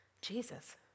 Jesus